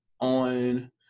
on